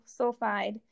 sulfide